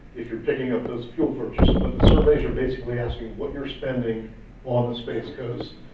if you're picking up those fuel purchases, but the survey should basically ask you, what you're spending on the space coast.